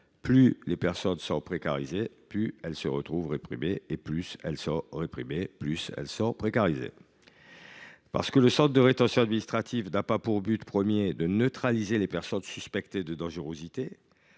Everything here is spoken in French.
plus les personnes sont précarisées, plus elles se retrouvent réprimées, et plus elles sont réprimées, plus elles sont précarisées. Parce que le centre de rétention administrative (CRA) n’a pas pour but premier de neutraliser les personnes suspectées de dangerosité